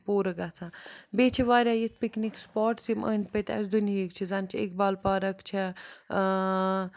پوٗرٕ گَژھان بیٚیہِ چھِ واریاہ یِتھ پِکنِک سٕپاٹٕس یِم أنٛدۍ پٔتۍ اَسہِ دُنہیٖکۍ چھِ زَن چھِ اقبال پارَک چھےٚ